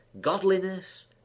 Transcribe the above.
godliness